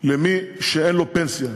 למי שאין לו פנסיה.